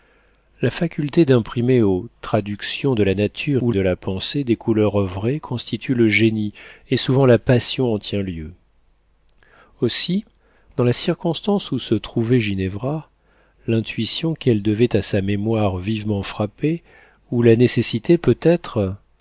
la faculté d'imprimer aux traductions de la nature ou de la pensée des couleurs vraies constitue le génie et souvent la passion en tient lieu aussi dans la circonstance où se trouvait ginevra l'intuition qu'elle devait à sa mémoire vivement frappée ou la nécessité peut-être